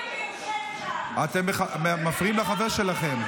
אתם מפריעים לחבר שלכם.